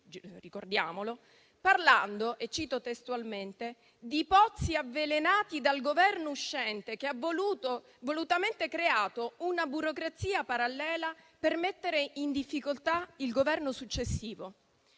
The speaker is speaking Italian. ricordiamolo - parlando testualmente di «pozzi avvelenati dal Governo uscente che ha volutamente creato una burocrazia parallela per mettere in difficoltà il Governo successivo».